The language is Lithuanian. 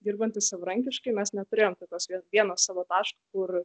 dirbantys savarankiškai mes neturėjom tokio vieno savo taško kur